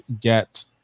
get